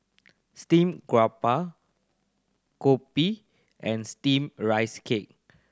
steamed garoupa kopi and Steamed Rice Cake